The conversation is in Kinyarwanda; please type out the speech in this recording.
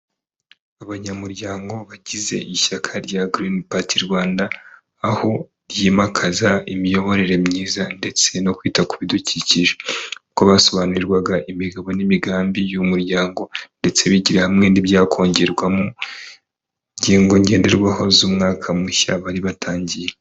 Abanyamuryango bagize ishyaka rya Girini pati Rwanda, aho ryimakaza imiyoborere myiza ndetse no kwita ku bidukikije. Uko basobanurirwaga imigabo n'imigambi y'umuryango ndetse bigira hamwe n'ibyakongerwamo, ingingo ngenderwaho z'umwaka mushya bari batangiye.